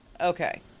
Okay